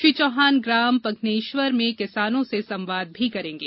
श्री चौहान ग्राम पग्नेश्वर में किसानों से संवाद भी करेंगे